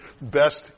best